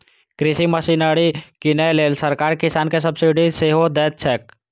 कृषि मशीनरी कीनै लेल सरकार किसान कें सब्सिडी सेहो दैत छैक